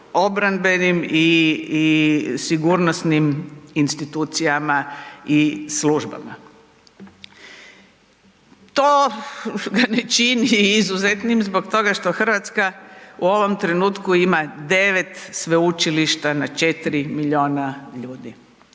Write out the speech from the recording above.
obrambenim i, i sigurnosnim institucijama i službama. To ga ne čini izuzetnim zbog toga što RH u ovom trenutku ima 9 sveučilišta na 4 milijuna ljudi.